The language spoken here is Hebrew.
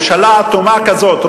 ממשלה אטומה כזאת,